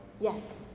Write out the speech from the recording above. Yes